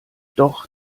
doch